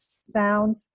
Sound